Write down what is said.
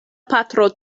patro